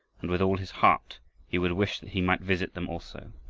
and with all his heart he would wish that he might visit them also.